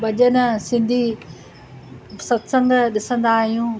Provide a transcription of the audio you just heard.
भॼन सिंधी सत्संग ॾिसंदा आहियूं